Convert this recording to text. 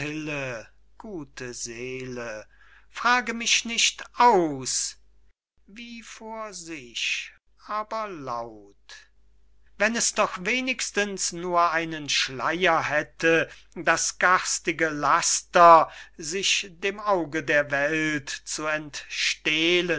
gute seele frage mich nicht aus wie vor sich aber laut wenn es doch wenigstens nur einen schleyer hätte das garstige laster sich dem auge der welt zu entstehlen